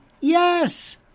Yes